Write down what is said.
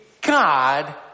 God